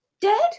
Dead